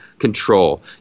control